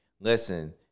listen